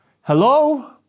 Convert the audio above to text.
hello